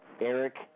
Eric